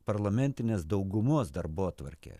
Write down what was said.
parlamentinės daugumos darbotvarkė